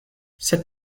sed